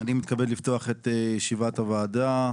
אני מתכבד לפתוח את ישיבת הוועדה.